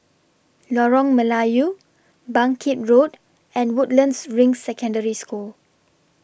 Lorong Melayu Bangkit Road and Woodlands Ring Secondary School